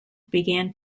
began